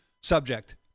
subject